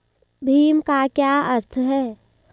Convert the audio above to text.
भीम का क्या अर्थ है?